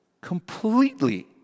Completely